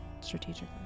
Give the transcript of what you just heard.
strategically